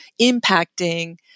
impacting